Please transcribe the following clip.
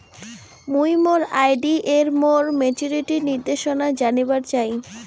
মুই মোর আর.ডি এর মোর মেচুরিটির নির্দেশনা জানিবার চাই